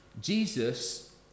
Jesus